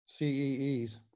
CEEs